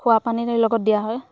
খোৱাপানীৰ লগত দিয়া হয়